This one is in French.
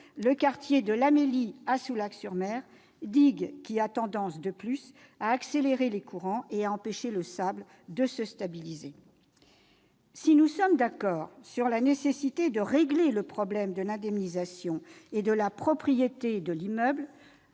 le quartier de l'Amélie à Soulac-sur-Mer et qui a tendance, de plus, à accélérer les courants et à empêcher le sable de se stabiliser. Si nous sommes d'accord sur la nécessité de régler le problème de l'indemnisation et de la propriété de l'immeuble,